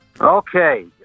Okay